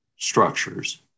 structures